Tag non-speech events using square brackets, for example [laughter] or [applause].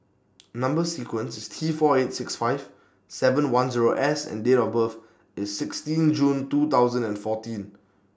[noise] Number sequence IS T four eight six five seven one Zero S and Date of birth IS sixteen June two thousand and fourteen